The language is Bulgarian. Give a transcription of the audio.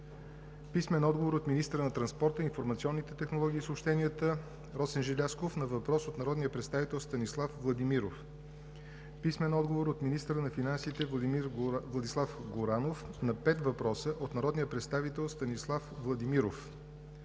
Халачева; - министъра на транспорта, информационните технологии и съобщенията Росен Желязков на въпрос от народния представител Станислав Владимиров; - министъра на финансите Владислав Горанов на пет въпроса от народния представител Станислав Владимиров;